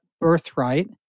birthright